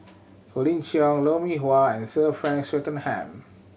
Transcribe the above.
Colin Cheong Lou Mee Wah and Sir Frank Swettenham